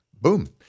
boom